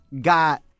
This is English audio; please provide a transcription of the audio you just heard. got